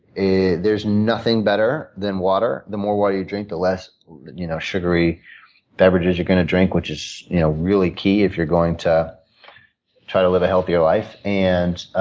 there's nothing better than water. the more water you drink, the less you know sugary beverages you're going to drink, which is really key if you're going to try to live a healthier life. and ah